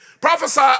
prophesy